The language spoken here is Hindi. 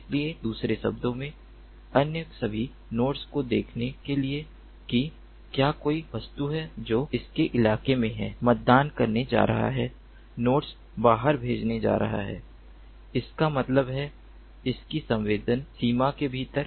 इसलिए दूसरे शब्दों में अन्य सभी नोड्स को देखने के लिए कि क्या कोई वस्तु है जो उनके इलाके में है मतदान करने जा रहे हैं नोड्स बाहर भेजने जा रहे हैं इसका मतलब है उनकी संवेदन सीमा के भीतर